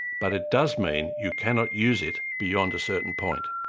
but it does mean you cannot use it beyond a certain point.